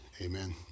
Amen